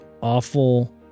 awful